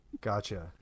gotcha